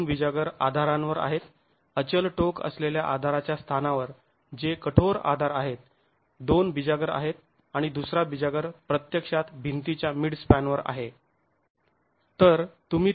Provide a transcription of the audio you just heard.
दोन बिजागर आधारांवर आहेत अचल टोक असलेल्या आधाराच्या स्थानावर जे कठोर आधार आहेत दोन बिजागर आहेत आणि दुसरा बिजागर प्रत्यक्षात भिंतीच्या मिडस्पॅनवर आहे